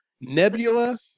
Nebula